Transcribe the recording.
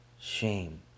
shame